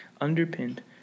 underpinned